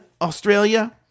Australia